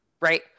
right